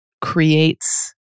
creates